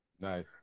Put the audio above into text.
Nice